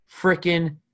freaking